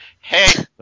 Hey